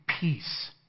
peace